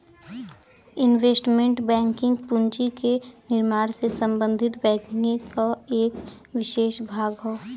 investment banking पूंजी के निर्माण से संबंधित बैंकिंग क एक विसेष भाग हौ